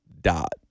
dot